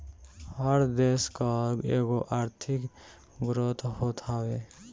हर देस कअ एगो आर्थिक ग्रोथ होत हवे